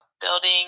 building